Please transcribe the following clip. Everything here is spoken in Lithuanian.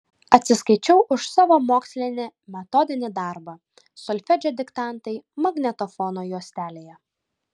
atsiskaičiau už savo mokslinį metodinį darbą solfedžio diktantai magnetofono juostelėje